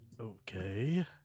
Okay